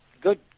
Good